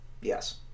Yes